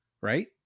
right